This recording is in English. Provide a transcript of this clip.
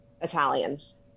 Italians